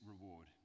reward